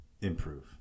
improve